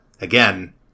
again